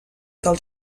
del